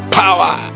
power